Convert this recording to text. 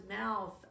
mouth